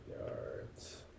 yards